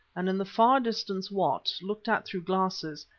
and in the far distance what, looked at through glasses,